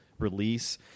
release